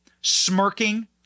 smirking